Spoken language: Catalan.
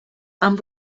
amb